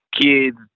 kids